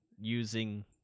using